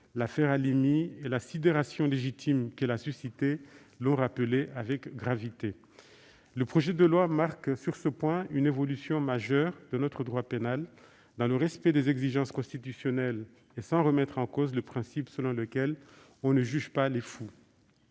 L'affaire Halimi et la sidération légitime qu'elle a suscitée l'ont rappelé avec gravité. Le projet de loi marque sur ce point une évolution majeure de notre droit pénal, dans le respect des exigences constitutionnelles et sans remettre en cause le principe selon lequel « on ne juge pas les fous